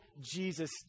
Jesus